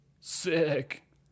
Sick